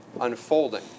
unfolding